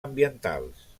ambientals